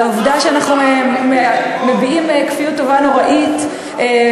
על העובדה שאנחנו מביעים כפיות טובה נוראה וחוסר